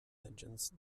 engines